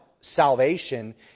salvation